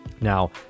Now